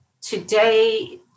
today